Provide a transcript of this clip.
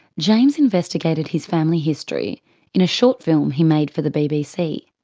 james investigated his family history in a short film he made for the bbc.